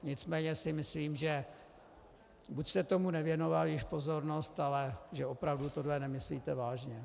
Nicméně si myslím, že buď jste tomu nevěnoval už pozornost, ale že opravdu tohle nemyslíte vážně.